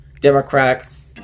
Democrats